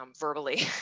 verbally